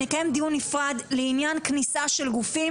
שנקיים דיון נפרד לעניין כניסה של גופים